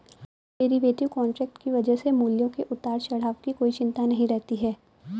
derivative contract की वजह से मूल्यों के उतार चढ़ाव की कोई चिंता नहीं रहती है